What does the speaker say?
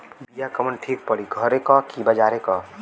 बिया कवन ठीक परी घरे क की बजारे क?